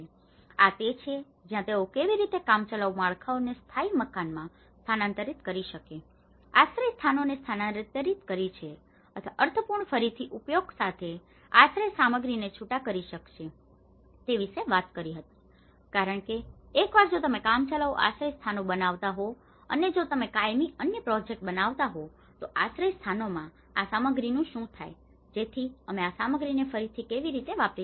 અને આ તે છે જ્યાં તેઓ કેવી રીતે કામચલાઉ માળખાઓને સ્થાયી મકાનોમાં સ્થાનાંતરિત કરી શકે છે આશ્રયસ્થાનોને સ્થાનાંતરિત કરી શકે છે અથવા અર્થપૂર્ણ ફરીથી ઉપયોગ સાથે આશ્રય સામગ્રીને છૂટા કરી શકશે તે વિશે વાત કરી હતી કારણ કે એકવાર જો તમે કામચલાઉ આશ્રયસ્થાનો બનાવતા હો અને જો તમે કાયમી અન્ય પ્રોજેક્ટ બનાવતા હોવ તો આશ્રયસ્થાનોમાં આ સામગ્રીનું શું થાય છે જેથી અમે આ સામગ્રીને ફરીથી કેવી રીતે વાપરી શકીએ